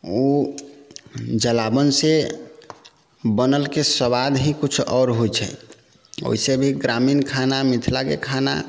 ओ जलाबनसँ बनलके स्वाद ही कुछ आओर होइ छै ओइसँ भी ग्रामीण खाना मिथिलाके खाना